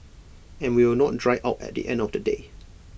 and we will not dry out at the end of the day